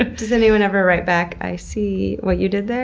ah does anyone ever write back i sea what you did there!